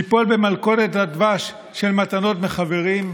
ליפול במלכודת הדבש של מתנות מחברים,